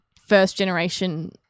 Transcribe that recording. first-generation